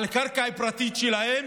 על קרקע פרטית שלהם,